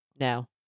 No